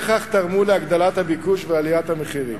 כך תרמו להגדלת הביקוש ועליית המחירים.